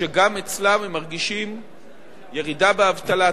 שגם אצלם הם מרגישים ירידה באבטלה,